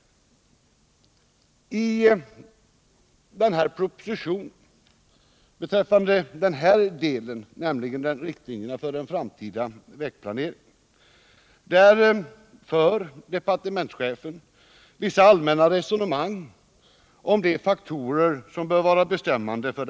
Beträffande riktlinjerna för den framtida vägplaneringen har departementschefen i propositionen fört vissa allmänna resonemang om de faktorer som bör vara bestämmande.